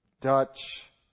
Dutch